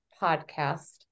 podcast